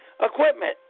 equipment